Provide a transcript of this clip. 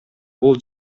бул